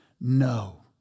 no